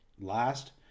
last